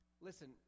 Listen